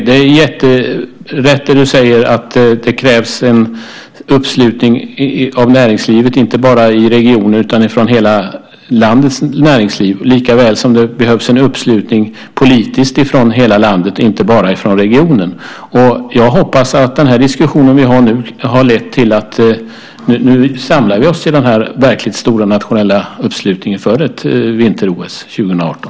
Det är rätt det du säger att det krävs uppslutning av näringslivet inte bara i regionen utan i hela landet, lika väl som det behövs en politisk uppslutning från hela landet och inte bara från regionen. Jag hoppas att den diskussion vi har nu har lett till att vi samlar oss till den stora nationella uppslutningen för ett vinter-OS 2018.